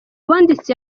uwanditse